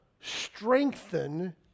strengthen